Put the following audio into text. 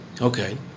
Okay